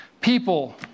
people